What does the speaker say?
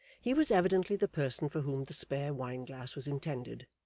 he was evidently the person for whom the spare wine-glass was intended,